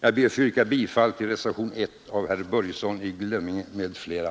Jag ber att få yrka bifall till reservationen 1 av herr Börjesson i Glömminge m.fl.